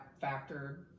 factor